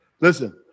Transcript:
Listen